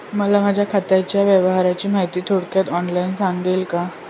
मला माझ्या खात्याच्या व्यवहाराची माहिती थोडक्यात ऑनलाईन सांगाल का?